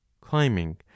climbing